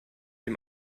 dem